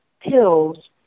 pills